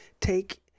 take